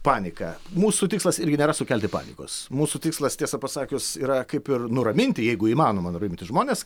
paniką mūsų tikslas irgi nėra sukelti panikos mūsų tikslas tiesą pasakius yra kaip ir nuraminti jeigu įmanoma nuraminti žmones